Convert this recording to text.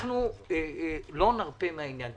לא נרפה מהעניין.